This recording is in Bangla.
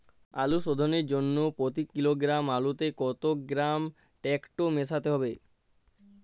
আলু শোধনের জন্য প্রতি কিলোগ্রাম আলুতে কত গ্রাম টেকটো মেশাতে হবে?